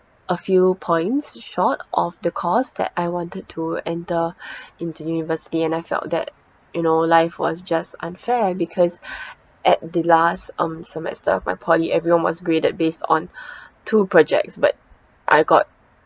a few points short of the course that I wanted to enter into university and I felt that you know life was just unfair because at the last um semester my poly everyone was graded based on two projects but I got